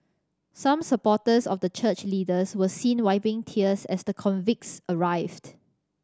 some supporters of the church leaders were seen wiping tears as the convicts arrived